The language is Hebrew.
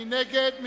מי נגד?